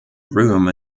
room